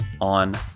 on